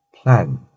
plan